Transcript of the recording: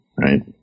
right